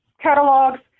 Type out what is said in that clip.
catalogs